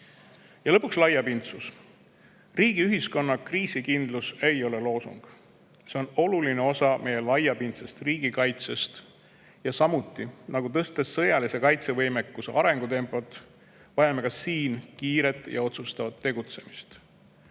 suuremgi. Lõpuks laiapindsus. Riigi ühiskonna kriisikindlus ei ole loosung, see on oluline osa meie laiapindsest riigikaitsest. Ja samuti, nagu tõstes sõjalise kaitsevõimekuse arengutempot, vajame ka siin kiiret ja otsustavat tegutsemist.